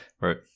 right